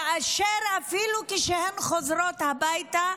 כאשר אפילו כשהן חוזרות הביתה,